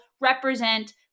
Represent